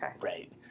Right